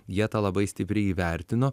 jie tą labai stipriai įvertino